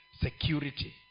security